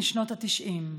משנות ה-90.